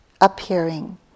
appearing